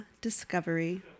discovery